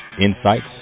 insights